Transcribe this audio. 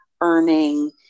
earning